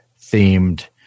themed